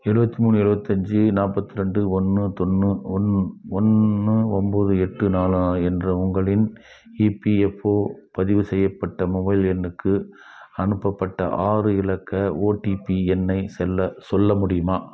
எழுபத்மூணு எழுபத்தஞ்சு நாற்பத்ரெண்டு ஒன்று ஒன்று ஒம்போது எட்டு நாலு என்ற உங்களின் இபிஎஃப்ஓ பதிவு செய்யப்பட்ட மொபைல் எண்ணுக்கு அனுப்பப்பட்ட ஆறு இலக்க ஓடிபி எண்ணை செல்ல சொல்ல முடியுமா